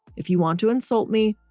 if you want to insult me,